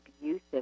abusive